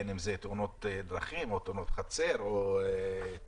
בין אם זה תאונות דרכים או תאונות חצר או טביעה,